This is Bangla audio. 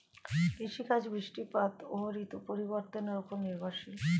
কৃষিকাজ বৃষ্টিপাত ও ঋতু পরিবর্তনের উপর নির্ভরশীল